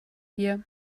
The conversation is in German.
dir